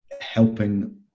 helping